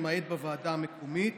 למעט בוועדה המקומית,